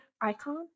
Icon